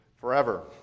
forever